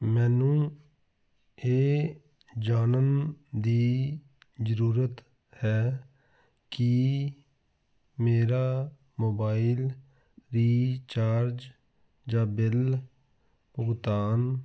ਮੈਨੂੰ ਇਹ ਜਾਣਨ ਦੀ ਜ਼ਰੂਰਤ ਹੈ ਕੀ ਮੇਰਾ ਮੋਬਾਈਲ ਰੀਚਾਰਜ ਜਾਂ ਬਿੱਲ ਭੁਗਤਾਨ